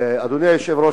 תודה לך, אדוני היושב-ראש.